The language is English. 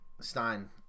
Stein